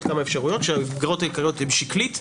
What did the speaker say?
כמה אפשרויות שהמסגרות העיקריות הן שקלית,